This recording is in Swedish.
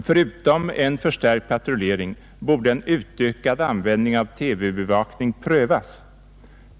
Förutom en förstärkt patrullering borde en utökad användning av TV-bevakning prövas.